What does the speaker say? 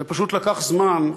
זה פשוט לקח זמן,